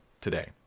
today